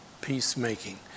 peacemaking